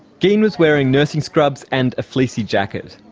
geen was wearing nursing scrubs and a fleecy jacket.